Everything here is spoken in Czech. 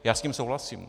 Já s tím souhlasím.